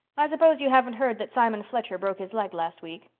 i suppose you haven't heard that simon fletcher broke his leg last week.